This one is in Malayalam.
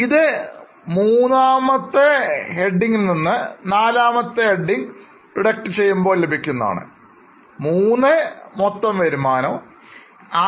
ഇത് III മൈനസ് IV ആണ് III എന്നാൽ മൊത്തം വരുമാനമാണ്